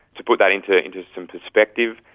to put that into into some perspective,